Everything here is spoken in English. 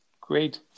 Great